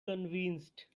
convinced